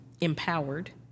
empowered